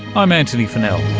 i'm antony funnell.